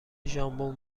ژامبون